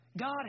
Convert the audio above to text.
God